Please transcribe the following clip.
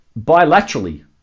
bilaterally